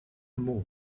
more